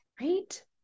right